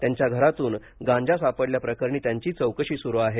त्यांच्या घरातून गांजा सापडल्याप्रकरणी त्यांची चौकशी सुरू आहे